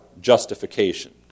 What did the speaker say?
justification